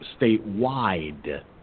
statewide